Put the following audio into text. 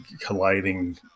colliding